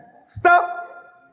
Stop